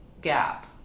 gap